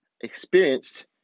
experienced